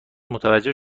متوجه